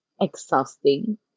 exhausting